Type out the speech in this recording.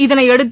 இதனையடுத்து